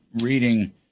reading